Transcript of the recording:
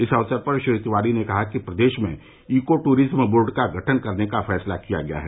इस अवसर पर श्री तिवारी ने कहा कि प्रदेश में ईको टूरिज्म बोर्ड का गठन करने का फैसला लिया गया है